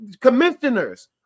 commissioners